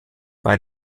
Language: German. bei